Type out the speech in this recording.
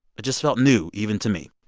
it just felt new, even to me.